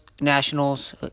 Nationals